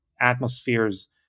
atmospheres